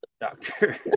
doctor